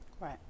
Right